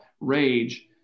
rage